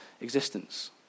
existence